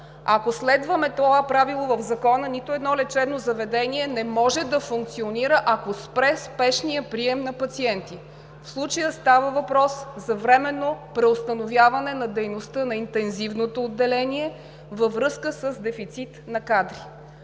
ако следваме това правило в Закона, нито едно лечебно заведение не може да функционира, ако спре спешният прием на пациенти. В случая става въпрос за временно преустановяване дейността на интензивното отделение във връзка с дефицит на кадри.